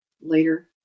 later